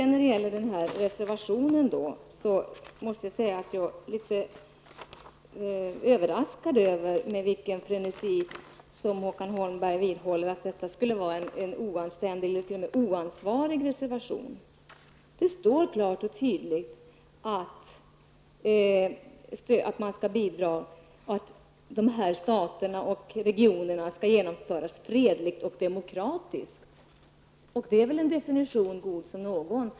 När det gäller reservationen måste jag säga att jag är litet överraskad över med vilken frenesi som Håkan Holmberg vidhåller att den skulle vara oansvarig. Det står klart och tydligt att vi vill att Sverige skall bidra till att självständigheten för stater och regioner genomförs fredligt och demokratiskt. Det är väl en definition så god som någon.